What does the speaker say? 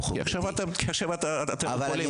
חוק דתי --- כי עכשיו אתם יכולים.